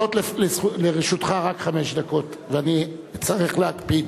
עומדות לרשותך רק חמש דקות ואני אצטרך להקפיד.